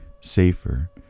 safer